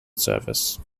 service